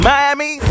Miami